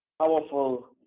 powerful